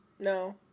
No